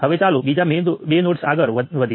તો નોડલ ઈક્વેશનોનો મારો સમૂહ શું છે